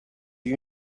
you